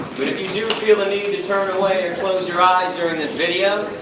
but if you do feel the need to turn away or close your eyes during this video,